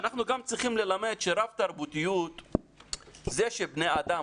אנחנו גם צריכים ללמד שרב-תרבותיות זה שבני אדם,